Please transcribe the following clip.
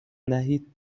دهید